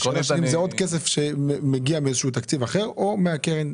השאלה שלי אם זה עוד כסף שמגיע מאיזשהו תקציב אחר או מהקרן?